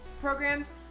programs